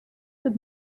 with